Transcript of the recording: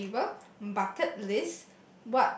on the table bucket list